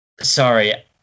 sorry